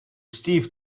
steve